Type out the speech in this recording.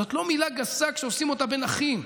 זאת לא מילה גסה כשעושים אותה בין אחים,